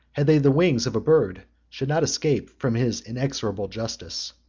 had they the wings of a bird, should not escape from his inexorable justice.